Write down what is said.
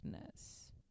Ness